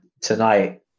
tonight